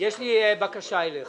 יש לי בקשה אליך.